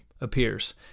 appears